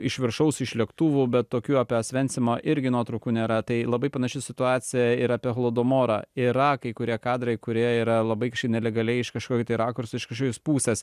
iš viršaus iš lėktuvo bet tokių apie osvencimą irgi nuotraukų nėra tai labai panaši situacija ir apie holodomorą yra kai kurie kadrai kurie yra labai kažkaip nelegaliai iš kažkokio tai rakursų iš kažkokios pusės